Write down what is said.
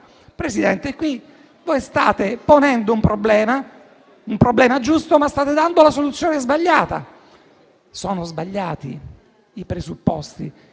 Presidente, qui voi state ponendo un problema: un problema giusto, ma state dando la soluzione sbagliata. Sono sbagliati i presupposti,